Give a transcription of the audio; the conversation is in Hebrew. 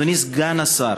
אדוני סגן השר,